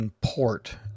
port